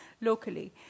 locally